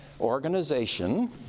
organization